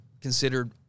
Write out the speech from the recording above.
considered